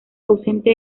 ausente